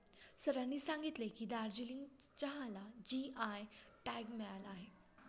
सरांनी सांगितले की, दार्जिलिंग चहाला जी.आय टॅग मिळाला आहे